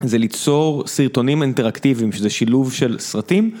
זה ליצור סרטונים אינטראקטיביים, שזה שילוב של סרטים.